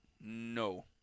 no